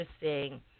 interesting